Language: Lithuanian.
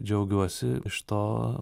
džiaugiuosi iš to